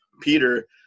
Peter